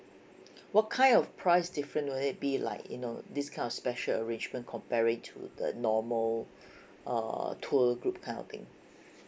what kind of price difference would it be like you know this kind of special arrangement comparing to the normal err tour group kind of thing